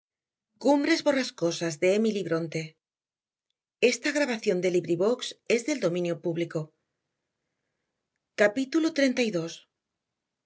capítulo treinta y